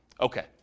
Okay